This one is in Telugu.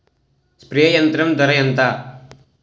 స్ప్రే యంత్రం ధర ఏంతా?